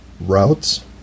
Routes